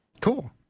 Cool